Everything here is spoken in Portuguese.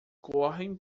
correm